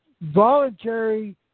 voluntary